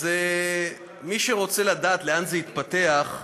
אז מי שרוצה לדעת לאן זה התפתח,